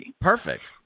Perfect